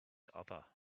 other